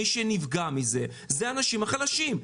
מי שנפגע מזה אלה האנשים החלשים.